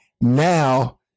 now